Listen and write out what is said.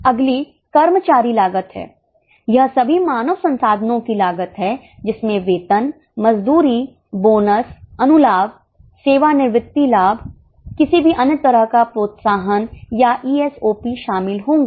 अगली कर्मचारी लागत है यह सभी मानव संसाधनों की लागत है जिसमें वेतन मजदूरी बोनस अनुलाभ सेवानिवृत्ति लाभ किसी भी अन्य तरह का प्रोत्साहन या ईएसओपी शामिल होंगे